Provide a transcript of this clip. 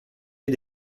ait